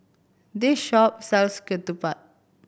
this shop sells ketupat